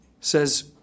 says